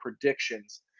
predictions